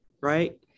right